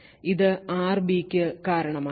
ഇത് RBക്കു കാരണമായി